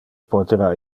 potera